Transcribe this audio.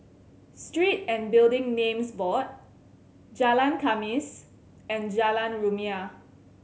Street and Building Names Board Jalan Khamis and Jalan Rumia